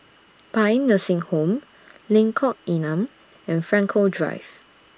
Paean Nursing Home Lengkok Enam and Frankel Drive